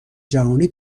جهانی